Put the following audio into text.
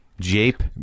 Jape